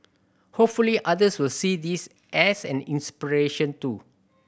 hopefully others will see this as an inspiration too